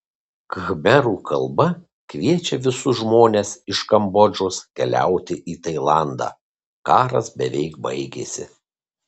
khmerų kalba kviečia visus žmones iš kambodžos keliauti į tailandą karas beveik baigėsi